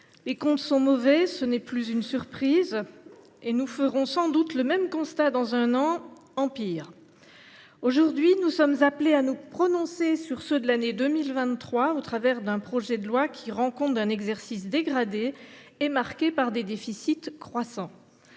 les comptes sont mauvais, ce n’est plus une surprise. Et nous ferons sans doute le même constat dans un an, en pire. Aujourd’hui, nous sommes appelés à nous prononcer sur ceux de l’année 2023, au travers d’un projet de loi qui rend compte d’un exercice dégradé et marqué par des déficits croissants.